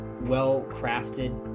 well-crafted